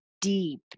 deep